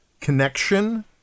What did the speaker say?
connection